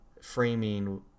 framing